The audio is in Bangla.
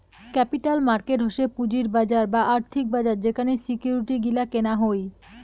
ক্যাপিটাল মার্কেট হসে পুঁজির বাজার বা আর্থিক বাজার যেখানে সিকিউরিটি গিলা কেনা হই